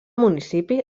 municipi